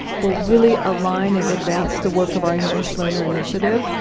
will really align and advance the work of our english learner initiative.